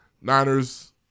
Niners